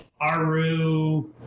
Aru